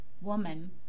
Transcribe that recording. woman